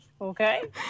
Okay